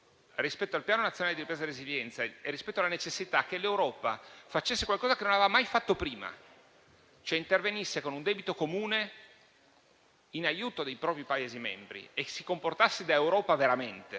rispetto al Piano nazionale di ripresa e resilienza e alla necessità che l'Europa facesse qualcosa che non aveva mai fatto prima, ossia intervenisse con un debito comune in aiuto dei propri Paesi membri e si comportasse veramente